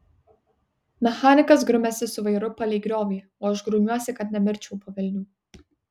mechanikas grumiasi su vairu palei griovį o aš grumiuosi kad nemirčiau po velnių